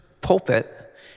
pulpit